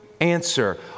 answer